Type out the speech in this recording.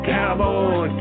Cowboy